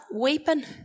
weeping